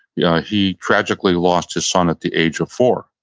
yeah he tragically lost his son at the age of four.